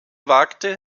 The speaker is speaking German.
wagte